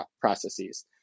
processes